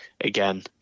again